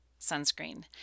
sunscreen